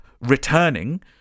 Returning